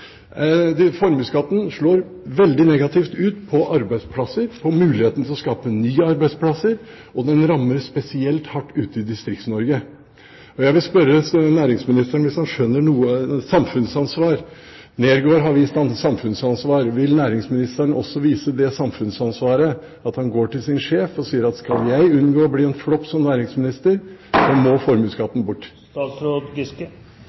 Formuesskatten slår veldig negativt ut når det gjelder arbeidsplasser, for muligheten til å skape nye arbeidsplasser, og den rammer spesielt hardt ute i Distrikts-Norge. Nergård har vist samfunnsansvar. Jeg vil spørre næringsministeren, hvis han skjønner noe om samfunnsansvar: Vil næringsministeren også vise det samfunnsansvaret at han går til sin sjef og sier at skal jeg unngå å bli en flopp som næringsminister, må